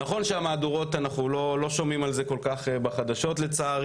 נכון שהמהדורות אנחנו לא שומעים על זה כל כך בחדשות לצערי,